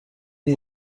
این